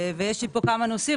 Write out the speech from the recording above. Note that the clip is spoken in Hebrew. ויש לי פה כמה נושאים,